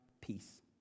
peace